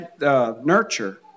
nurture